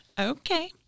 Okay